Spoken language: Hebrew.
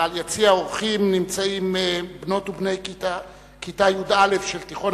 ביציע האורחים נמצאים בני ובנות כיתה י"א בתיכון